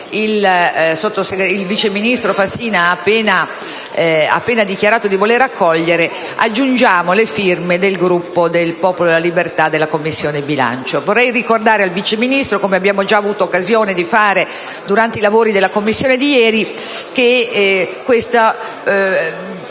il vice ministro Fassina ha appena dichiarato di volere accogliere, aggiungiamo le firme dei componenti del Gruppo PdL della Commissione bilancio. Vorrei ricordare al Vice Ministro, come abbiamo avuto occasione di fare durante i lavori della Commissione di ieri, che